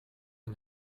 een